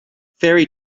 fairy